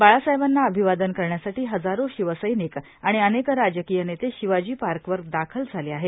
बाळासाहेबांना अभिवादन करण्यासाठी हजारो शिवसैनिक आणि अनेक राजकीय नेते शिवाजीपार्कवर दाखल झाले आहेत